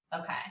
Okay